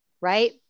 right